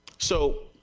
so,